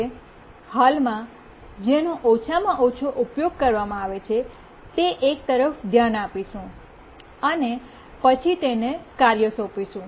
આપણે હાલમાં જેનો ઓછામાં ઓછો ઉપયોગ કરવામાં આવે છે તે એક તરફ ધ્યાન આપીશું અને પછી તેને કાર્ય સોંપીશું